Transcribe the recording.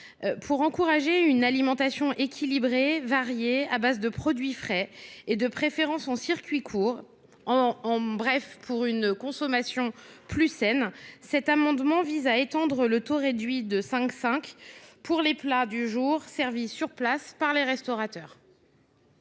d’encourager une alimentation équilibrée, variée, à base de produits frais et, de préférence, en circuit court, bref, de promouvoir une consommation plus saine, cet amendement vise à étendre le taux réduit de 5,5 % aux plats du jour servis sur place par les restaurateurs.